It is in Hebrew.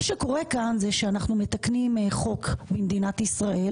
מה שקורה כאן זה שבפעם השלישית אנחנו מתקנים חוק במדינת ישראל